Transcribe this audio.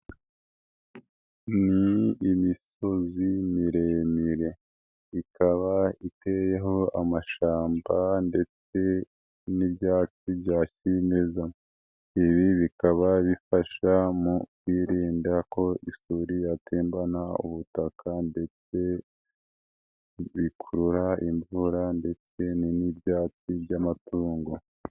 Ni imisozi miremire ikaba iteyeho amashamba ndetse n'ibyatsi bya kimeza, ibi bikaba bifasha mu kwirinda ko isuri yatembana ubutaka ndetse bikurura imvura ndetse ni n'ibyatsi by'amatungo.